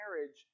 marriage